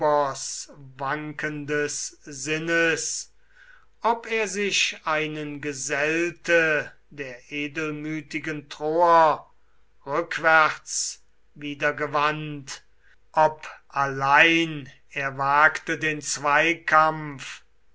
dephobos wankendes sinnes ob er sich einen gesellte der edelmütigen troer rückwärts wieder gewandt ob allein er wagte den zweikampf